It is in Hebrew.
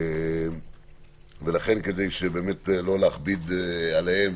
כדי לא להכביד עליהם,